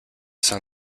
son